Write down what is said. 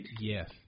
yes